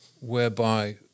whereby